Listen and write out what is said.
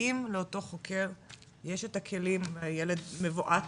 האם לאותו החוקר יש את הכלים מול הילד המבועת?